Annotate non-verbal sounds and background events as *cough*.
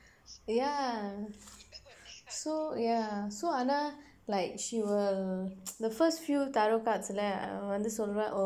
yea so ya so ஆனால்:aanaal like she will *noise* the first few tarot cards-lae அவள் வந்து சொல்றாள்:aval vandthu solraal oh